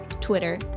Twitter